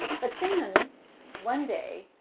but then one day,